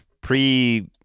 pre